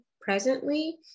presently